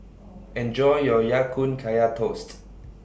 Enjoy your Ya Kun Kaya Toast